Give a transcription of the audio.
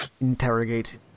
interrogate